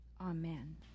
Amen